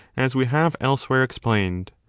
as we have elsewhere explained.